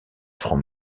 franc